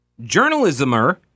journalismer